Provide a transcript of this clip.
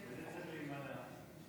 הסתייגות 60 לא נתקבלה.